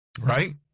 right